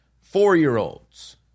four-year-olds